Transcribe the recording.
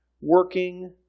working